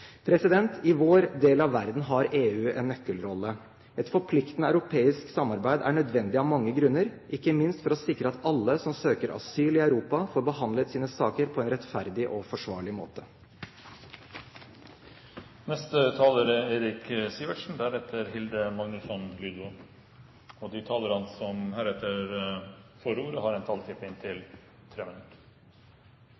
I vår del av verden har EU en nøkkelrolle. Et forpliktende europeisk samarbeid er nødvendig av mange grunner, ikke minst for å sikre at alle som søker asyl i Europa, får behandlet sine saker på en rettferdig og forsvarlig måte. De talere som heretter får ordet, har en taletid på inntil 3 minutter. Regjeringens overordnede mål for arbeidet på flyktning- og innvandringsområdet er, som det er nevnt, en